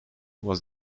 was